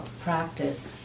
practice